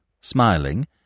smiling